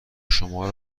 شما